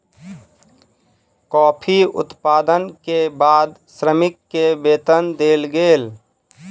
coffee उत्पादन के बाद श्रमिक के वेतन देल गेल